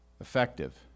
effective